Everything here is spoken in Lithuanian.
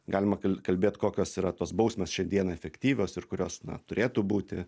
galima kalbėt kokios yra tos bausmės šiandien efektyvios ir kurios na turėtų būti